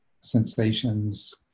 sensations